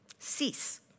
cease